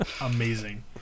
amazing